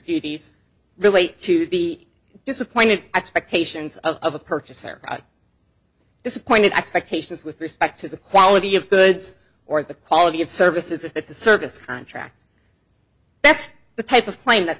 contract relate to the disappointed expectations of a purchaser disappointed expectations with respect to the quality of goods or the quality of service it's a service contract that's the type of plane the